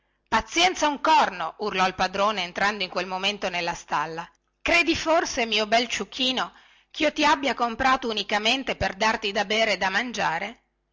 pazienza un corno urlò il padrone entrando in quel momento nella stalla credi forse mio bel ciuchino chio ti abbia comprato unicamente per darti da bere e da mangiare